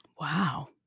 Wow